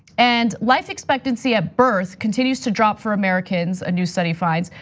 and life expectancy at birth continues to drop for americans, a new study finds.